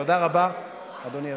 תודה רבה, אדוני היושב-ראש.